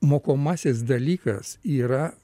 mokomasis dalykas yra